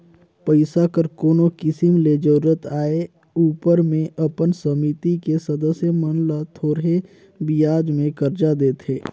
पइसा कर कोनो किसिम ले जरूरत आए उपर में अपन समिति के सदस्य मन ल थोरहें बियाज में करजा देथे